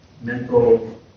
mental